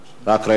רק רגע,